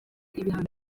ibihano